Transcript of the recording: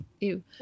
Ew